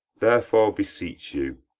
therefore, beseech you